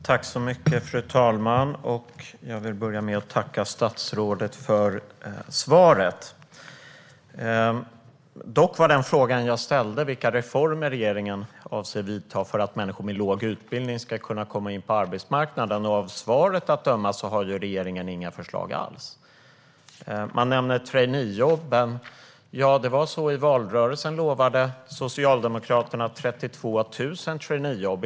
Fru talman! Jag vill börja med att tacka statsrådet för svaret. Dock var den fråga jag ställde vilka reformer regeringen avser att göra för att människor med låg utbildning ska kunna komma in på arbetsmarknaden. Av svaret att döma har regeringen inga förslag alls. Man nämner traineejobb. I valrörelsen lovade Socialdemokraterna 32 000 traineejobb.